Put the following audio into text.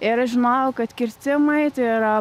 ir aš žinojau kad kirtimai tai yra